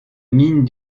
mine